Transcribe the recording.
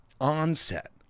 onset